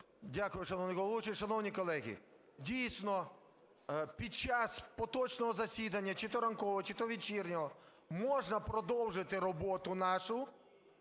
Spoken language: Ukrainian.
Шановні колеги, дійсно, під час поточного засідання – чи то ранкового, чи то вечірнього – можна продовжити роботу нашу,